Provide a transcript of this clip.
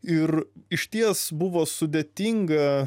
ir išties buvo sudėtinga